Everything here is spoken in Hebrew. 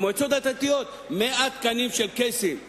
המועצות הדתיות, 100 תקנים של קייסים יש,